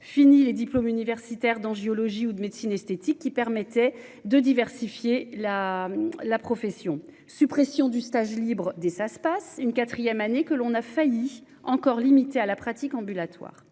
fini les diplômes universitaires dans géologie ou de médecine esthétique qui permettait de diversifier la la profession suppression du stage libre des ça se passe une quatrième année que l'on a failli encore limité à la pratique ambulatoire